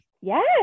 yes